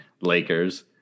Lakers